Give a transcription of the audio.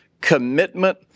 commitment